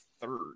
third